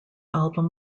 album